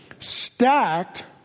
Stacked